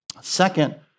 Second